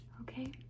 Okay